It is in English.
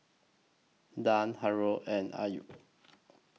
Dian Haron and Ayu